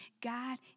God